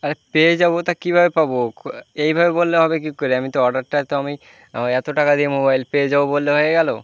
আরে পেয়ে যাবো তা কীভাবে পাবো কো এইভাবে বললে হবে কী করে আমি তো অর্ডারটা তো আমি এত টাকা দিয়ে মোবাইল পেয়ে যাবো বললে হয়ে গেলো